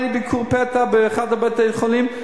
היה לי ביקור פתע באחד מבתי-החולים,